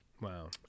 Wow